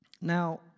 Now